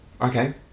Okay